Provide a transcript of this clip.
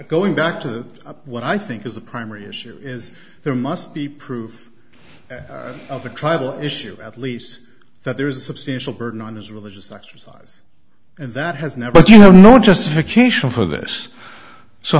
going back to what i think is the primary issue is there must be proof of a tribal issue at least that there is a substantial burden on his religious exercise and that has never you know no justification for this so